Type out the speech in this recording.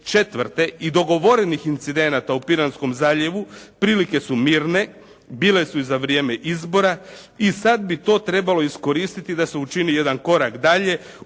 2004. i dogovorenih incidenata u Piranskom zaljevu prilike su mirne, bile su i za vrijeme izbora i sada bi to trebalo iskoristiti da se učini jedan korak dalje